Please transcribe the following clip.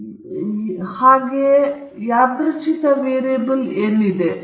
ಮೊದಲ ಪರಿಕಲ್ಪನೆಯು ಯಾದೃಚ್ಛಿಕ ವೇರಿಯಬಲ್ ಆಗಿದೆ